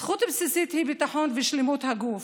זכות בסיסית היא ביטחון ושלמות הגוף,